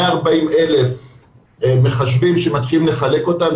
140,000 מחשבים שמתחילים לחלק אותם,